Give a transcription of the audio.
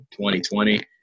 2020